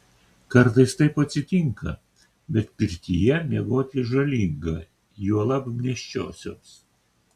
kartais taip atsitinka bet pirtyje miegoti žalinga juolab nėščiosioms